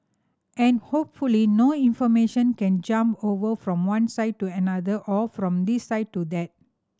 and hopefully no information can jump over from one side to another or from this side to that